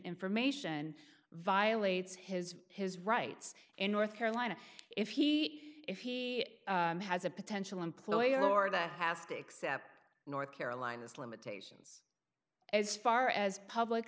information violates his his rights in north carolina if he if he has a potential employer laura that has to accept north carolina's limitations as far as public